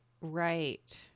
Right